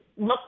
look